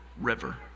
river